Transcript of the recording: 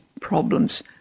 problems